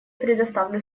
предоставляю